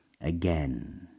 Again